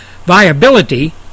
viability